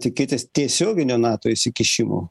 tikėtis tiesioginio nato įsikišimo